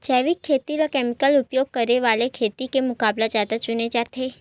जैविक खेती ला केमिकल उपयोग करे वाले खेती के मुकाबला ज्यादा चुने जाते